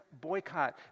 Boycott